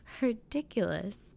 ridiculous